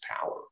power